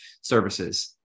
services